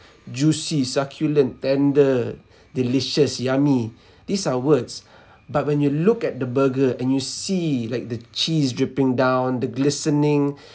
juicy succulent tender delicious yummy these are words but when you look at the burger and you see like the cheese dripping down the glistening